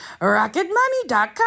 Rocketmoney.com